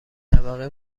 طبقه